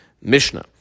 Mishnah